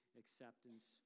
acceptance